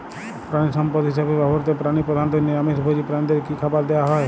প্রাণিসম্পদ হিসেবে ব্যবহৃত প্রাণী প্রধানত নিরামিষ ভোজী প্রাণীদের কী খাবার দেয়া হয়?